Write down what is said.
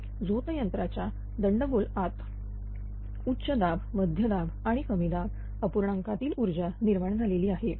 ही झोत यंत्राच्या दंडगोल आत उच्च दाब मध्य दाब आणि कमी दाब अपूर्णांकतील ऊर्जा निर्माण झालेली आहे